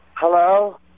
Hello